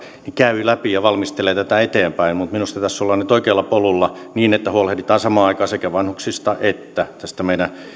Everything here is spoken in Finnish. käyvät läpi ja valmistelevat tätä eteenpäin minusta tässä ollaan nyt oikealla polulla niin että huolehditaan samaan aikaan sekä vanhuksista että tästä meidän